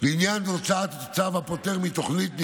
לעניין הוצאת צו הפוטר מתוכנית,